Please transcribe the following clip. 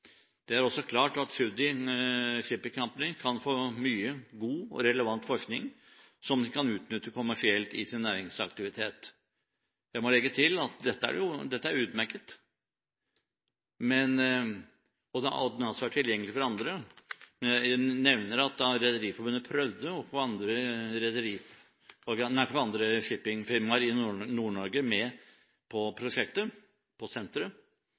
Det er også klart at Tschudi Shipping Company kan få mye god og relevant forskning som de kan utnytte kommersielt i sin næringsaktivitet. Jeg må legge til at dette er utmerket, og at forskningen også skal være tilgjengelig for andre. Jeg nevner at da Rederiforbundet prøvde å få andre shippingfirmaer i Nord-Norge med på prosjektet,